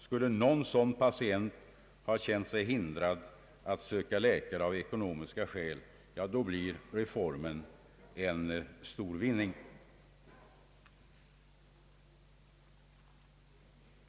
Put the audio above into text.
Skulle någon sådan patient ha sett sig förhindrad att söka läkare av ekonomiska skäl, ja, då blir reformen en stor vinning.